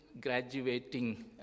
graduating